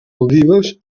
maldives